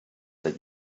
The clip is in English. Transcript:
that